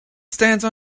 stance